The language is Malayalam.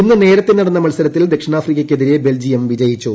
ഇന്ന് നേരത്തെ നടന്ന മത്സരത്തിൽ ദക്ഷിണാഫ്രിക്കയ്ക്കെതിരെ ബെൽജിയം വിജയിച്ചു